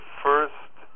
first